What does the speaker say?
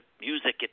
music